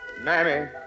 mammy